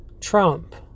Trump